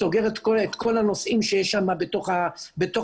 סוגרת את כל הנושאים השוטפים שיש שם בתוך המט"ש.